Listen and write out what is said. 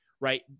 right